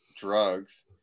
drugs